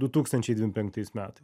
du tūkstančiai dvim penktais metais